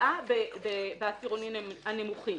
פגיעה בעשירונים הנמוכים.